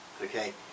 okay